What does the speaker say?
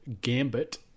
Gambit